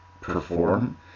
perform